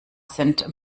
sind